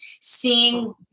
seeing